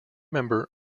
member